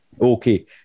Okay